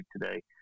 today